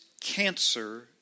cancer